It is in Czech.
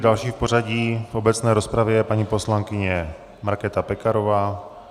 Další v pořadí v obecné rozpravě je paní poslankyně Markéta Pekarová.